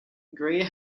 gray